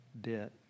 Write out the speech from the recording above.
bit